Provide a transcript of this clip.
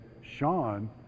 Sean